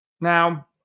Now